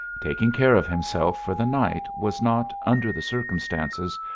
taking care of himself for the night was not, under the circumstances,